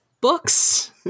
books